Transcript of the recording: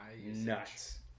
nuts